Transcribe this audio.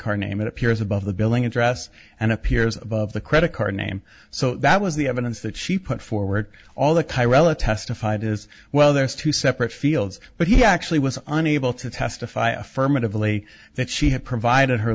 card name it appears above the billing address and appears above the credit card name so that was the evidence that she put forward all the chi rela testified is well there's two separate fields but he actually was unable to testify affirmatively that she had provided her